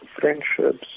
friendships